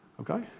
Okay